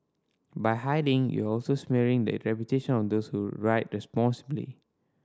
by hiding you also smearing the reputation of those who ride responsibly